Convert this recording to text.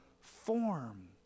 form